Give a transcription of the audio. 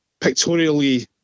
pictorially